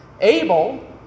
Abel